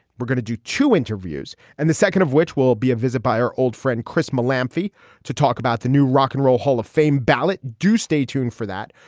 we're gonna do two interviews and the second of which will be a visit by our old friend chris mowlam fee to talk about the new rock and roll hall of fame ballot. do stay tuned for that.